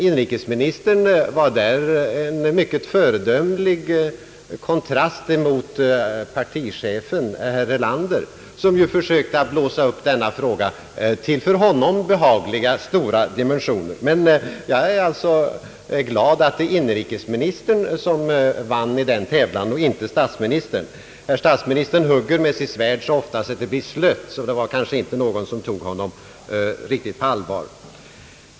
Inrikesministern uppträdde i föredömlig kontrast till partichefen herr Erlander, som ju försökte att blåsa upp denna fråga till för honom behagligt stora dimensioner. Jag är glad över att inrikesministern vann tävlan och inte statsministern. Herr statsministern hugger med sitt svärd så ofta att det blir slött. Det var heller kanske inte någon som tog honom riktigt på allvar.